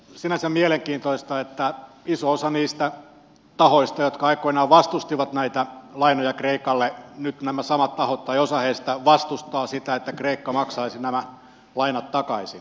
sinänsä mielenkiintoista että iso osa niistä tahoista jotka aikoinaan vastustivat näitä lainoja kreikalle nyt nämä samat tahot tai osa heistä vastustaa sitä että kreikka maksaisi nämä lainat takaisin